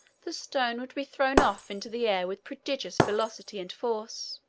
the stone would be thrown off into the air with prodigious velocity and force.